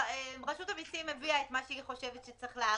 רשות המיסים הביאה את מה שהיא חושבת שצריך להאריך,